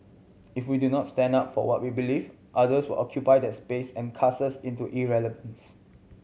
if we do not stand up for what we believe others will occupy that space and cast us into irrelevance